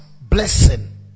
blessing